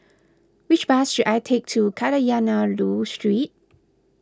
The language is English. which bus should I take to Kadayanallur Street